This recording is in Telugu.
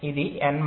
ఇది NMOS